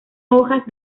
hojas